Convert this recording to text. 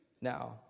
Now